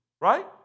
right